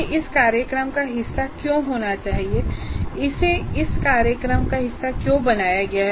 यह इस कार्यक्रम का हिस्सा क्यों होना चाहिए इसे इस कार्यक्रम का हिस्सा क्यों बनाया गया